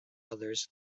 others